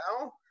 now